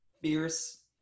fierce